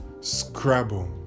Scrabble